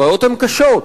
הבעיות הן קשות,